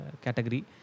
category